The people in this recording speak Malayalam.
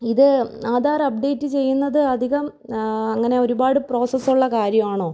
ഇത് ആധാറപ്പ്ഡേറ്റ് ചെയ്യുന്നത് അധികം അങ്ങനെ ഒരുപാട് പ്രോസസൊള്ള കാര്യവാണോ